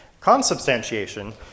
Consubstantiation